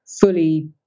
fully